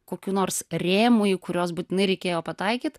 kokių nors rėmų į kuriuos būtinai reikėjo pataikyt